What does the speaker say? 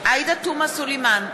עאידה תומא סלימאן,